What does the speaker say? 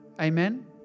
Amen